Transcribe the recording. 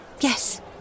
Yes